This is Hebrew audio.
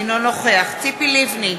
אינו נוכח ציפי לבני,